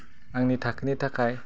आंनि थाखोनि थाखाय